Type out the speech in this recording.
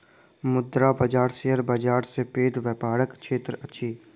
मुद्रा बाजार शेयर बाजार सॅ पैघ व्यापारक क्षेत्र अछि